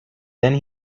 then